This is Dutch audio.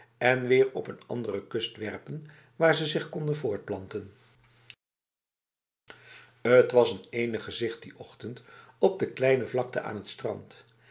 en weer op n andere kust werpen waar ze zich konden voortplanten het was een enig gezicht die ochtend op de kleine vlakte aan het strand